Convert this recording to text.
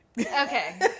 Okay